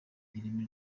ireme